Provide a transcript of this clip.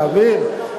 לאוויר?